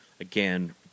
Again